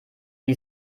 wie